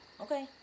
Okay